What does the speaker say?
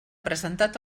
presentat